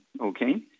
Okay